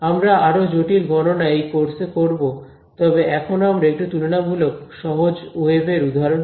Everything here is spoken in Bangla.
আমরা আরও জটিল গণনা এই কোর্সে করব তবে এখন আমরা একটি তুলনামূলক সহজ ওয়েভ এর উদাহরণ নিই